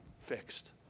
fixed